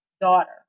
daughter